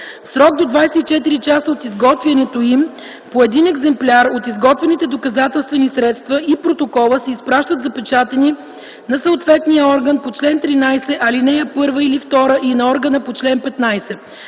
срок до 24 часа от изготвянето им по един екземпляр от изготвените доказателствени средства и протокола се изпращат запечатани на съответния орган по чл. 13, ал. 1 или 2 и на органа по чл. 15.